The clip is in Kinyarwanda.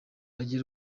agire